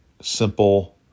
simple